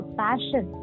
passion